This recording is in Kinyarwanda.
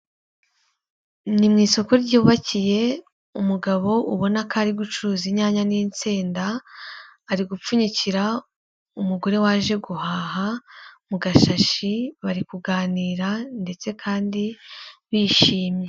Ni mu isoko ryubakiye, umugabo ubona ko ari gucuruza inyanya n'insenda ari gupfunyikira umugore waje guhaha mu gashashi, bari kuganira ndetse kandi bishimye.